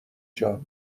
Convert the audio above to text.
جان